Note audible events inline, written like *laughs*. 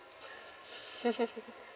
*laughs*